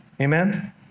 Amen